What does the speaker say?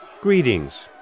Greetings